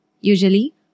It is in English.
Usually